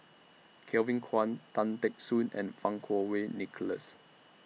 Kevin Kwan Tan Teck Soon and Fang Kuo Wei Nicholas